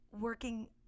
working